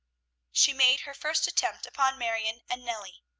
she made her first attempt upon marion and nellie.